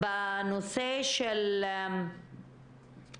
לגבי